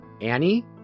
Annie